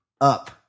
up